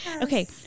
Okay